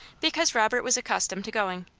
because robert was accustomed to going.